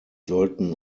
sollten